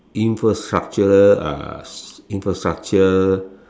infrastructure uh infrastructure